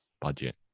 Budget